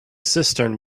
cistern